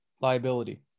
liability